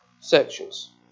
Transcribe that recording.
sections